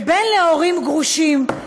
כבן להורים גרושים,